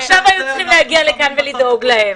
עכשיו הם היו צריכים להגיע לכאן ולדאוג להם.